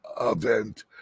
event